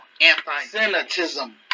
anti-Semitism